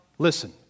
Listen